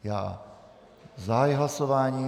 Já zahajuji hlasování.